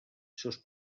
sus